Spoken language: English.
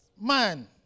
man